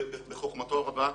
בחוכמתו הרבה,